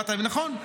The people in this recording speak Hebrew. נכון?